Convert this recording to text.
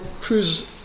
cruise